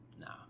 nah